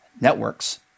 networks